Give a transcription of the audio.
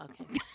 Okay